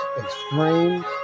extreme